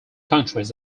countries